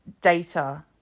data